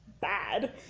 bad